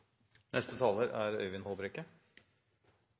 Neste taler er